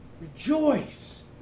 Rejoice